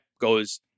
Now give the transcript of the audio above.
goes